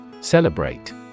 Celebrate